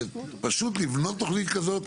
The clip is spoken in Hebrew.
זה פשוט לבנות תוכנית כזאת,